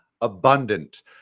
abundant